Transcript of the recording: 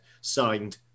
Signed